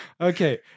Okay